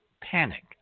panic